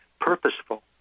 purposeful